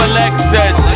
Alexis